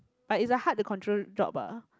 but is a hard to control job ah